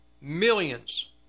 millions